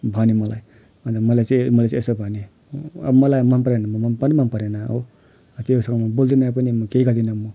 भन्यो मलाई अन्त मलाई चाहिँ मैले चाहिँ यसो भनेँ अब मलाई मनपरेन भने मनपरेन मनपरेन हो त्योसँग म् बोल्दिनँ पनि केही गर्दिनँ म